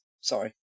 Sorry